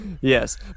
Yes